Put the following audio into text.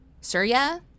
Surya